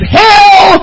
hell